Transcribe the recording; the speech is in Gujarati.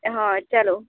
હાં ચાલો